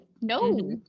no